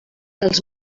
els